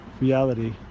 reality